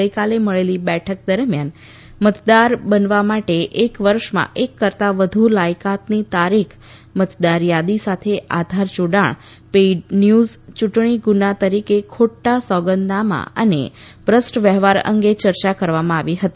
ગઇકાલે મળેલી બેઠક દરમિયાન મતદાર બનવા માટે એક વર્ષમાં એક કરતા વધુ લાયકાતની તારીખ મતદાર યાદી સાથે આધાર જોડાણ પેઇડ ન્યૂઝ ચૂંટણી ગુના તરીકે ખોટા સોગંદનામા અને ભ્રષ્ટ વ્યવહાર અંગે ચર્ચા કરવામાં આવી હતી